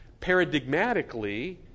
paradigmatically